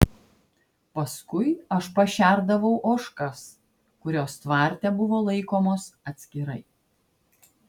paskui aš pašerdavau ožkas kurios tvarte buvo laikomos atskirai